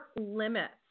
limits